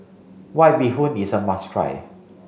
white bee hoon is a must try